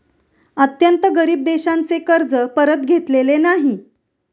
अत्यंत गरीब देशांचे कर्ज परत घेतलेले नाही